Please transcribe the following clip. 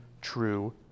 true